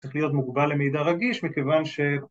‫צריך להיות מוגבל למידע רגיש ‫מכיוון ש...